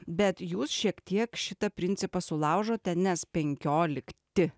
bet jūs šiek tiek šitą principą sulaužote nes penkiolikti